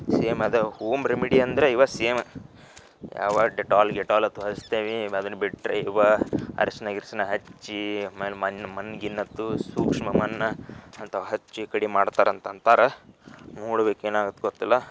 same ಅದೇ home remedy ಅಂದ್ರೆ ಇವು ಸೇಮ್ ಯಾವ ಡೆಟಾಲ್ ಗಿಟೊಲ್ ಅಂತೂ ಹಚ್ತೇವೆ ಅದನ್ನು ಬಿಟ್ಟರೆ ಇವು ಅರ್ಶಿನ ಗಿರ್ಶಿನ ಹಚ್ಚಿ ಆಮೇಲೆ ಮಣ್ ಮಣ್ ಗಿಣ್ ಅಂತೂ ಸೂಕ್ಷ್ಮ ಮಣ್ಣ ಅಂಥವು ಹಚ್ಚಿ ಕಡಿಮೆ ಮಾಡ್ತಾರೆ ಅಂತ ಅಂತಾರೆ ನೊಡ್ಬೇಕು ಏನಾಗತ್ತೆ ಗೊತ್ತಿಲ್ಲ